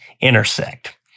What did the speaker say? intersect